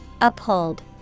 Uphold